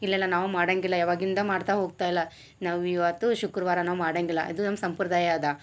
ಇಲ್ಲೆಲ್ಲ ನಾವು ಮಾಡಂಗಿಲ್ಲ ಯವಾಗಿಂದ ಮಾಡ್ತಾ ಹೋಗ್ತಾಯಿಲ್ಲ ನಾವಿವತ್ತು ಶುಕ್ರವಾರನ ಮಾಡಂಗಿಲ್ಲ ಇದು ನಮ್ಮ ಸಂಪ್ರದಾಯ ಅದ